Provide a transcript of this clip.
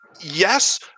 yes